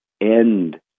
end